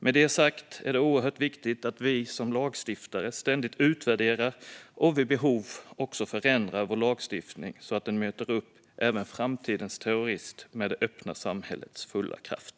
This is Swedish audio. Med det sagt är det oerhört viktigt att vi som lagstiftare ständigt utvärderar och vid behov också förändrar vår lagstiftning så att den möter upp även framtidens terrorist med det öppna samhällets fulla kraft.